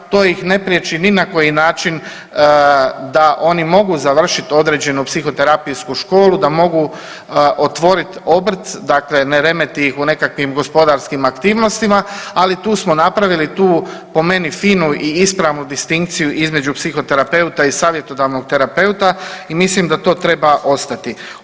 To ih ne priječi ni na koji način da oni mogu završit određenu psihoterapijsku školu, da mogu otvorit obrt, dakle ne remeti ih u nekakvim gospodarskim aktivnostima, ali tu smo napravili tu po meni finu i ispravnu distinkciju između psihoterapeuta i savjetodavnog terapeuta i mislim da to treba ostati.